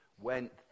went